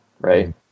right